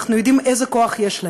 אנחנו יודעים איזה כוח יש להן.